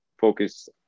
focus